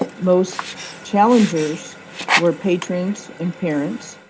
most challengers were patrons and parents.